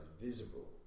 visible